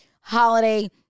holiday